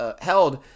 held